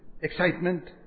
excitement